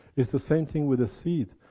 it's the same thing with the seeds.